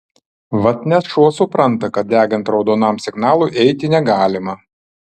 vat net šuo supranta kad degant raudonam signalui eiti negalima